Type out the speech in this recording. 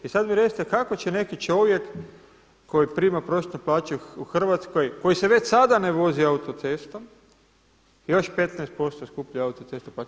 I sada mi recite kako će neki čovjek koji prima prosječnu plaću u Hrvatskoj, koji se već sada ne vozi autocestom, još 15% skuplju autocestu plaćati?